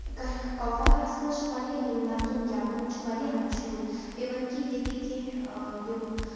کۄپوارہس منٛز چھِ واریاہ یِم نَژُن گیٚوُن چھُ واریاہ مَشہوٗر اِوٕن کہِ ییٚتٕکۍ کیٚنٛہہ یِم